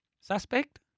Suspect